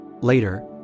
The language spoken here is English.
later